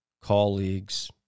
colleagues